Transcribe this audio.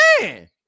man